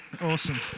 awesome